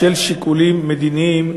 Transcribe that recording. בשל שיקולים מדיניים,